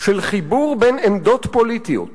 של חיבור בין עמדות פוליטיות